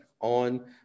on